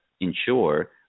ensure